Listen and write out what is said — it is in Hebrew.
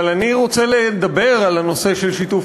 אבל אני רוצה לדבר על הנושא של שיתוף